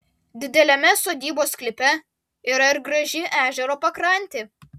dideliame sodybos sklype yra ir graži ežero pakrantė